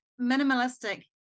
Minimalistic